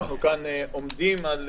אנחנו כאן היום,